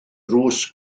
drws